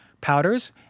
powders